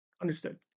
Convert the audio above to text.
Understood